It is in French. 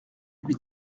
lui